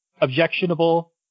objectionable